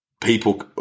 people